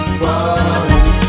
falling